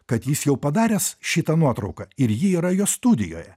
kad jis jau padaręs šitą nuotrauką ir ji yra jo studijoje